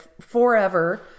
forever